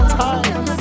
time